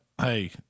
hey